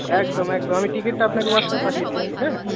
একদম একদম আমি টিকিটটা আপনাকে হোয়াটসঅ্যাপে পাঠিয়ে দিচ্ছি হ্যাঁ